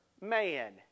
man